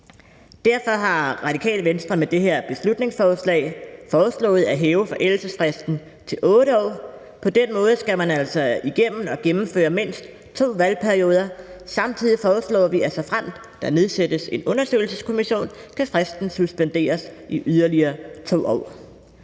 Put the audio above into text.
Derfor har Radikale Venstre med det her beslutningsforslag foreslået at hæve forældelsesfristen til 8 år. På den måde skal man altså igennem og gennemføre mindst to valgperioder. Samtidig foreslår vi, at såfremt der nedsættes en undersøgelseskommission, kan fristen suspenderes i yderligere 2 år.